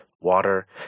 water